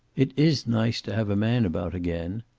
it is nice to have a man about again.